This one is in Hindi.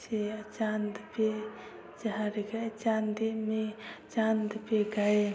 से या चाँद पे झर गए चाँदी में चाँद पे गए